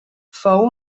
fou